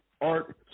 Art